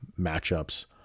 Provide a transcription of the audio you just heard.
matchups